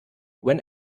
when